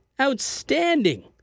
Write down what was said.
Outstanding